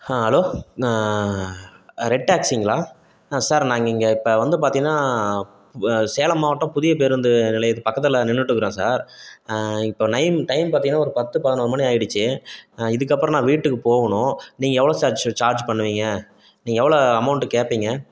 ஆ hello நான் red டேக்ஸிங்களா sir நாங்கள் இங்கே இப்போ வந்து பார்த்தீங்கன்னா சேலம் மாவட்டம் புதிய பேருந்து நிலையத்துக்கு பக்கத்தில் நின்றுட்டு இருக்கேன் சார் இப்போ நைன் டைம் பார்த்தீங்கன்னா ஒரு பத்து பதினோரு மணி ஆயிடுச்சு இதுக்கப்புறம் நான் வீட்டுக்குப் போகணும் நீங்கள் எவ்வளோ சார் சார்ஜ் பண்ணுவீங்க நீங்கள் எவ்வளோ அமௌண்ட் கேட்பீங்க